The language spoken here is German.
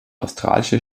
australische